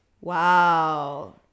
Wow